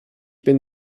bin